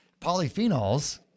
Polyphenols